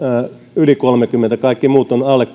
yli kolmekymmentä kaikki muut ovat alle